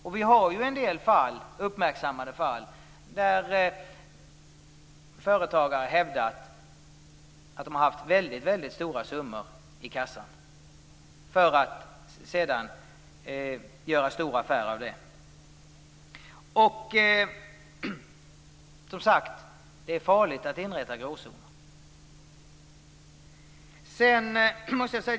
Det finns ju en del uppmärksammade fall där företagare har hävdat att de har haft väldigt stora summor i kassan för att sedan göra stor affär av det. Men, som sagt, det är farligt att inrätta gråzoner.